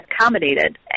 accommodated